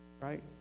right